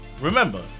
remember